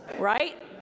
right